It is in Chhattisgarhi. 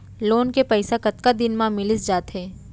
लोन के पइसा कतका दिन मा मिलिस जाथे?